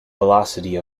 velocity